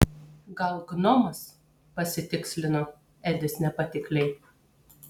gal gnomas pasitikslino edis nepatikliai